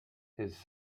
his